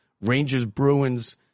Rangers-Bruins